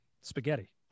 Spaghetti